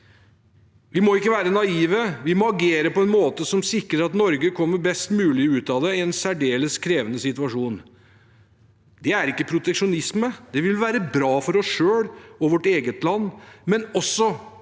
Vi må ikke være naive, vi må agere på en måte som sikrer at Norge kommer best mulig ut av det i en særdeles krevende situasjon. Det er ikke proteksjonisme, det vil være bra for oss selv og vårt eget land, men også